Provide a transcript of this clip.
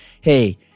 Hey